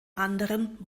anderen